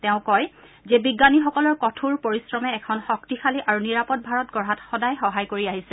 তেওঁ কয় যে বিজ্ঞানীসকলৰ কঠোৰ পৰিশ্ৰমে এখন শক্তিশালী আৰু নিৰাপদ ভাৰত গঢ়াত সদায় সহায় কৰি আহিছে